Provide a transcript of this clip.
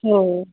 हो